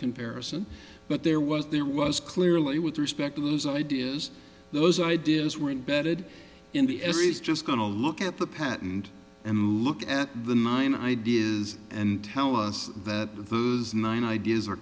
comparison but there was there was clearly with respect to those ideas those ideas weren't bedded in the air is just going to look at the patent and look at the nine ideas and tell us that those nine ideas are